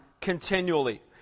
continually